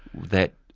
that